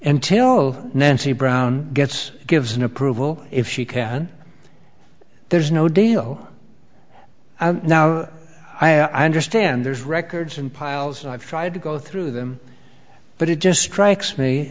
antidote nancy brown gets gives an approval if she can there's no deal now i understand there's records and piles and i've tried to go through them but it just strikes me